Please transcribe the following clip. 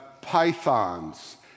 pythons